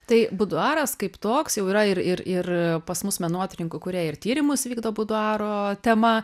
tai buduaras kaip toks jau yra ir ir ir pas mus menotyrininkų kurie ir tyrimus vykdo buduaro tema